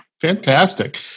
Fantastic